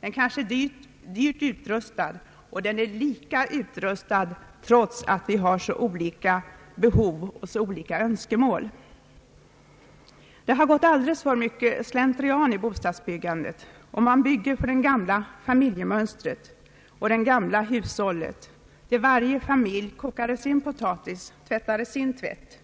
är kanske dyrt utrustad, och utrustad lika för alla trots att vi har så olika behov och önskemål. Det har gått alldeles för mycket slentrian i bostadsbyggandet. Man bygger för det gamla familjemönstret och det gamla hushållet från en tid när varje familj kokade sin potatis och tvättade sin tvätt.